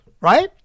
Right